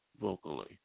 vocally